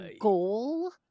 goal